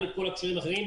גם את כל הקשרים האחרים.